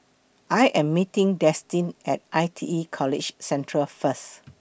I Am meeting Destin At I T E College Central First